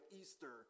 easter